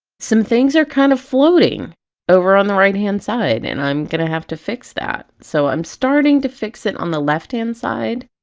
some things are kind of floating over on the right hand side, and i'm going to have to fix that! so i'm starting to fix it on the left hand side